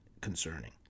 concerning